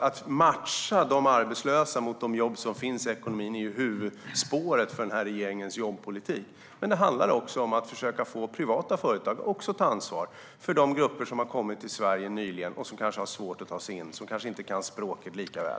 Att matcha de arbetslösa mot de jobb som finns i ekonomin är därför huvudspåret för den här regeringens jobbpolitik, men det handlar också om att försöka få även privata företag att ta ansvar för de grupper som har kommit till Sverige nyligen, som kanske har svårt att ta sig in och som kanske inte kan språket lika väl.